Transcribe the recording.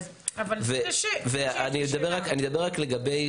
עדכניים לפי בקשה לחופש מידע של רופאים לזכויות אדם,